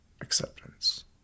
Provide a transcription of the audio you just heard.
acceptance